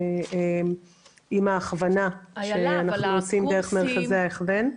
עם ההכוונה שאנחנו עושים דרך מרכזי ההכוון.